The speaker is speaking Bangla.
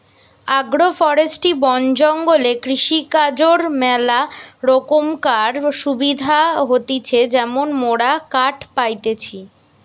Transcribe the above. আগ্রো ফরেষ্ট্রী বন জঙ্গলে কৃষিকাজর ম্যালা রোকমকার সুবিধা হতিছে যেমন মোরা কাঠ পাইতেছি